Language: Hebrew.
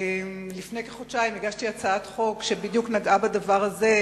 לפני כחודשיים הגשתי הצעת חוק שנגעה בדיוק בדבר הזה.